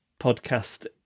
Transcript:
podcast